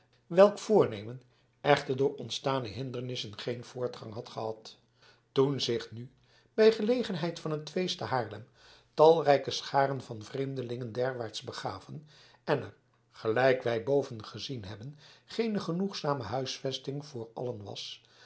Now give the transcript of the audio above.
welk voornemen echter door ontstane hindernissen geen voortgang had gehad toen zich nu bij gelegenheid van het feest te haarlem talrijke scharen van vreemdelingen derwaarts begaven en er gelijk wij boven gezien hebben geene genoegzame huisvesting voor allen was